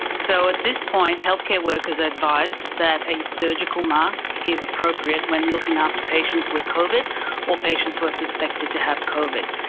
so at this point healthcare workers are advised that a surgical mask is appropriate when looking after patients with covid or patients who are suspected to have covid.